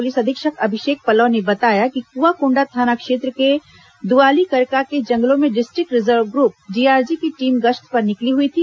police अधीक्षक अभिषेक पल्लव ने बताया कि कुंआकोंडा थाना क्षेत्र के दुआलिकरका के जंगलों में डिस्ट्रिक्ट रिजर्व ग्रुप डीआरजी की टीम गश्त पर निकली हुई थी